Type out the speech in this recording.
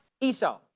Esau